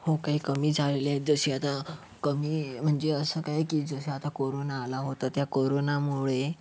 हो काही कमी झालेले आहेत जसे आता कमी म्हणजे असं काही की जसं आता कोरोना आला होता त्या कोरोनामुळे